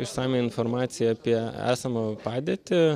išsamią informaciją apie esamą padėtį